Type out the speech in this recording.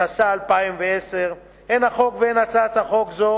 התש"ע 2010. הן החוק והן הצעת חוק זו